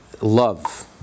love